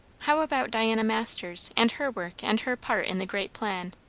how about diana masters, and her work and her part in the great plan?